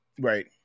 Right